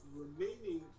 remaining